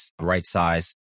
right-size